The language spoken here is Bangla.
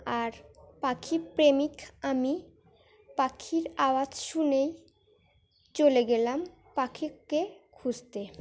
আর পাখি প্রেমিক আমি পাখির আওয়াজ শুনেই চলে গেলাম পাখিকে খুঁজতে